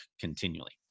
continually